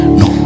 no